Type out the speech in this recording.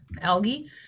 algae